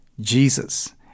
Jesus